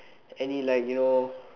any like you know